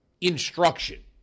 instruction